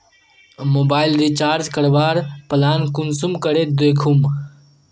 Mobile recharge करवार plan कुंसम करे दखुम?